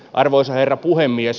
arvoisa herra puhemies